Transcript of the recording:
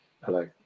hello